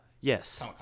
yes